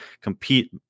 compete